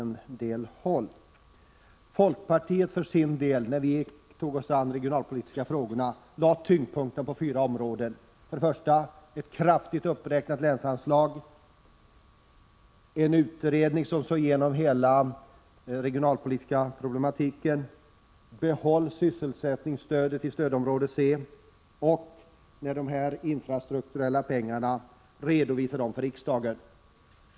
När folkpartiet för sin del tog sig an de regionalpolitiska frågorna lade vi tyngdpunkten vid fyra områden: för det första ett kraftigt uppräknat länsanslag, för det andra en utredning för översyn av hela den regionalpolitiska problematiken, för det tredje behållande av sysselsättningen i stödområde C och för det fjärde redovisning för riksdagen av de infrastrukturella medlen.